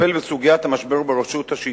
לטפל בסוגיית המשבר ברשות השידור.